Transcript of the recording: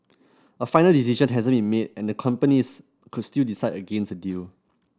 a final decision hasn't been made and the companies could still decide against a deal